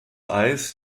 eis